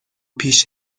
پیش